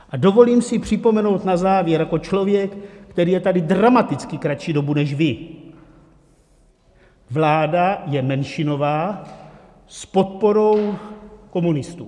A dovolím si připomenout na závěr jako člověk, který je tady dramaticky kratší dobu než vy: vláda je menšinová s podporou komunistů.